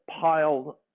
piled